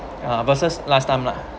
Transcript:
versus last time lah